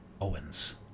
Owens